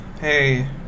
hey